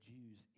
Jews